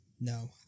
no